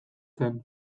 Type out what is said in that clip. zen